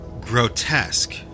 grotesque